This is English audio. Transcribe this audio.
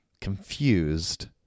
confused